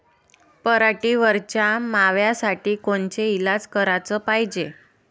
पराटीवरच्या माव्यासाठी कोनचे इलाज कराच पायजे?